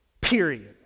period